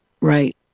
Right